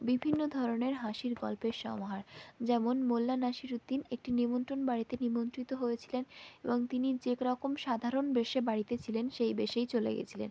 বিভিন্ন ধরনের হাসির গল্পের সমাহার যেমন মোল্লা নাসিরুদ্দিন একটি নিমন্ত্রণ বাড়িতে নিমন্ত্রিত হয়েছিলেন এবং তিনি যেরকম সাধারণ বেশে বাড়িতে ছিলেন সেই বেশেই চলে গিয়েছিলেন